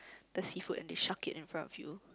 the seafood and they chuck it in front of you